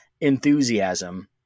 enthusiasm